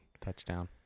Touchdown